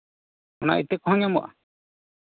ᱚᱱᱟ ᱤᱛᱟᱹ ᱠᱚᱦᱚᱸ ᱧᱟᱢᱚᱜᱼᱟ